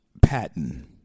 Patton